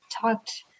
talked